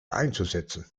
einzusetzen